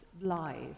Live